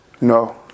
No